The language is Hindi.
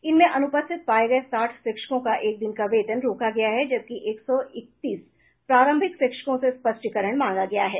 इनमें अनुपस्थित पाये गये साठ शिक्षकों का एक दिन का वेतन रोका गया है जबकि एक सौ इक्कतीस प्रारंभिक शिक्षकों से स्पष्टीकरण मांगा गया है